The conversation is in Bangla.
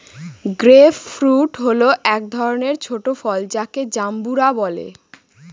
গ্রেপ ফ্রুট হল এক ধরনের ছোট ফল যাকে জাম্বুরা বলে